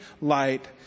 light